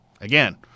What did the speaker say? Again